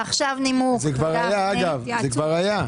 זה לא רציני.